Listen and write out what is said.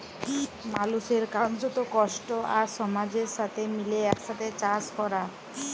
মালুসের কার্যত, কষ্ট আর সমাজের সাথে মিলে একসাথে চাস ক্যরা